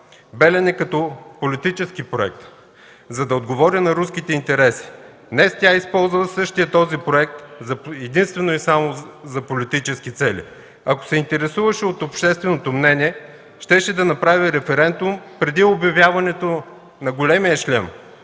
„Белене” като политически проект, за да отговори на руските интереси. Днес тя използва същия този проект единствено и само за политически цели. Ако се интересуваше от общественото мнение, щеше да направи референдум преди обявяването на големия шлем,